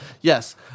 Yes